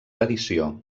addició